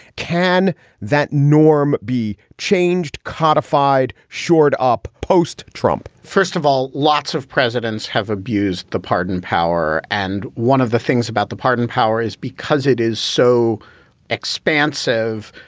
can that norm be changed, codified, shored up post trump? first of all, lots of presidents have abused the pardon power. and one of the things about the pardon power is because it is so expansive.